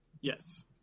Yes